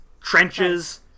trenches